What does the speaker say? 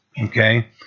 okay